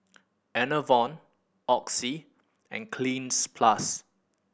Enervon Oxy and Cleanz Plus